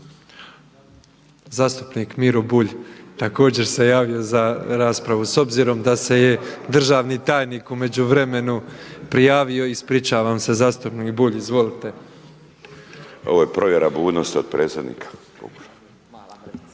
Zastupnik Miro Bulj, također se javio za raspravu s obzirom da se je državni tajnik u međuvremenu prijavio. Ispričavam se. Zastupnik Bulj, izvolite. **Bulj, Miro (MOST)** Ovo je provjera budnosti od predsjednika.